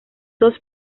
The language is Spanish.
dos